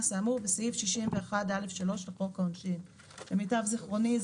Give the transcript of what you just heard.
האמור בסעיף 61א'3 לחוק העונשין.." כמיטב זכרוני,